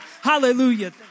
Hallelujah